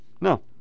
No